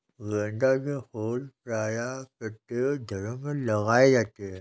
गेंदा के फूल प्रायः प्रत्येक घरों में लगाए जाते हैं